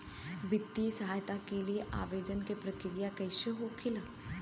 वित्तीय सहायता के लिए आवेदन क प्रक्रिया कैसे होखेला?